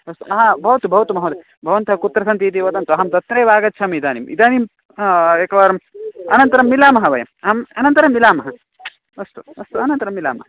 अस् भवतु भवतु महोदय भवन्तः कुत्र सन्ति इति वदन्तु अहं तत्रैव आगच्छामि इदानीम् इदानीं हा एकवारम् अनन्तरं मिलामः वयम् अहम् अनन्तरं मिलामः अस्तु अस्तु अनन्तरं मिलामः